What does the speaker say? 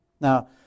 Now